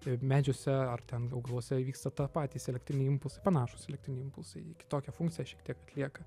tai medžiuose ar ten augaluose įvyksta ta patys elektriniai impulsai panašūs elektriniai impulsai kitokią funkciją šiek tiek atlieka